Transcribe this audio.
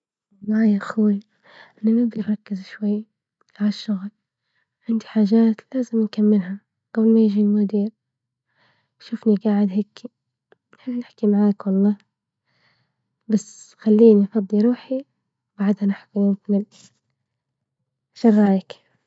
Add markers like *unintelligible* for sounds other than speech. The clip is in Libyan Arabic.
والله يا خوي اليوم بدي أركز شوي عالشغل، عندي حاجات لازم نكملها ، قبل ما يجي المودير، يشوفني قاعد هيكي، إحنا بنحكي معك والله، بس خليني أفضي روحي، بعدها نحكي *unintelligible* بال رايج.